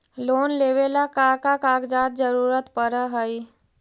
Loan लेवेला का का कागजात जरूरत पड़ हइ?